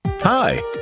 Hi